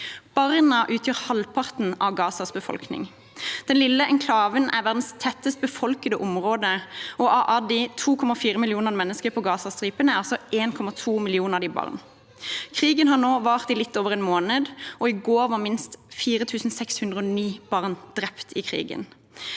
Barn utgjør halvparten av Gazas befolkning. Den lille enklaven er verdens tettest befolkede område, og av 2,4 millioner mennesker på Gazastripen er 1,2 millioner barn. Krigen har nå vart i litt over en måned, og i går var minst 4 609 barn drept i krigen.